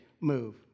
move